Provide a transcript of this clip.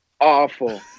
awful